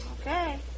Okay